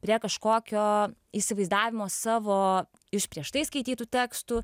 prie kažkokio įsivaizdavimo savo iš prieš tai skaitytų tekstų